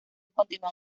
continúan